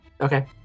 Okay